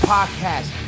Podcast